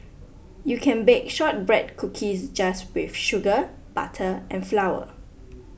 you can bake Shortbread Cookies just with sugar butter and flour